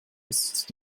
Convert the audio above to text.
ist